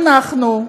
אנחנו,